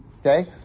Okay